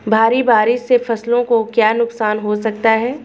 भारी बारिश से फसलों को क्या नुकसान हो सकता है?